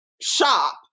shop